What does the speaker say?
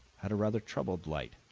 had a rather troubled light,